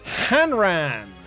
Hanran